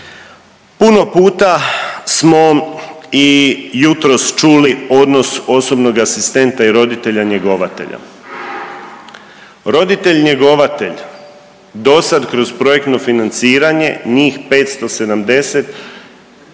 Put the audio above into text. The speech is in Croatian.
Puno puta smo i jutros čuli odnos osobnog asistenta i roditelja njegovatelja. Roditelj njegovatelj do sad kroz projektno financiranje njih 570,